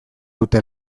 dute